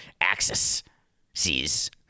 Axis-sees